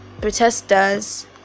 protesters